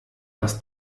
dass